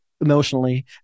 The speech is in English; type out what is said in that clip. emotionally